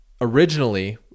originally